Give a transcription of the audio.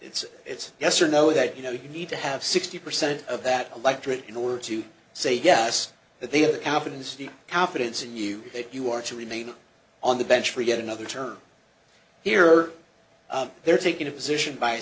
it's it's yes or no that you know you need to have sixty percent of that electorate in order to say yes that they have the confidence the confidence in you if you are to remain on the bench for yet another term here they're taking a position by